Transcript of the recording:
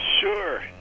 Sure